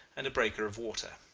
and a breaker of water.